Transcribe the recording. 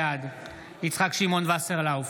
בעד יצחק שמעון וסרלאוף,